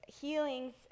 healings